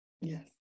Yes